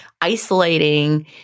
isolating